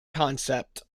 concept